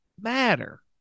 matter